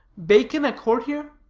bacon a courtier?